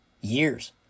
years